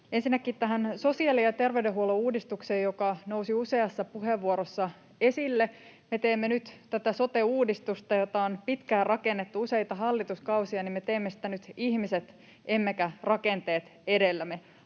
Ensinnäkin tähän sosiaali- ja terveydenhuollon uudistukseen, joka nousi useassa puheenvuorossa esille. Me teemme nyt tätä sote-uudistusta — jota on rakennettu pitkään, useita hallituskausia — ihmiset emmekä rakenteet edellä.